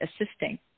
assisting